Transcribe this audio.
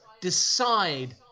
decide